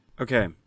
Okay